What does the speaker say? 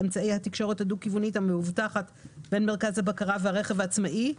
אמצעי התקשורת הדו-כיוונית המאובטחת בין מרכז הבקרה והרכב העצמאי,